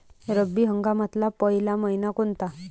रब्बी हंगामातला पयला मइना कोनता?